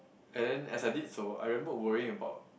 and then as I did so I remember worrying about